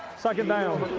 second down.